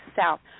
South